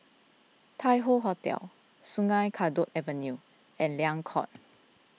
Tai Hoe Hotel Sungei Kadut Avenue and Liang Court